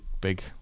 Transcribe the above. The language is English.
big